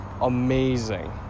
amazing